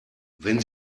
wenn